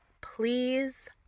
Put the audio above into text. Please